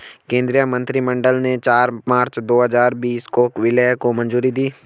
केंद्रीय मंत्रिमंडल ने चार मार्च दो हजार बीस को विलय को मंजूरी दी